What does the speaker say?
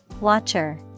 Watcher